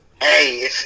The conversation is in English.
Hey